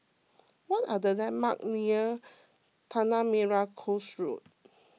what are the landmarks near Tanah Merah Coast Road